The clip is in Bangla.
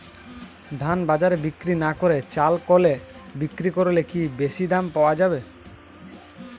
ধান বাজারে বিক্রি না করে চাল কলে বিক্রি করলে কি বেশী দাম পাওয়া যাবে?